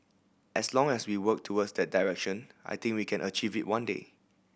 as long as we work towards that direction I think we can achieve it one day